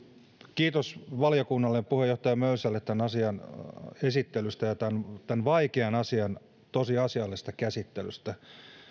kiitos valiokunnalle ja puheenjohtaja mölsälle tämän asian esittelystä ja tämän vaikean asian tosi asiallisesta käsittelystä